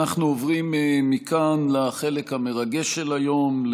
אנחנו עוברים מכאן לחלק המרגש של היום,